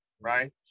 Right